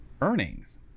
earnings